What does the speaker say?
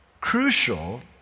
crucial